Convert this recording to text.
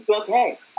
Okay